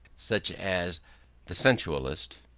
such as the sensualist,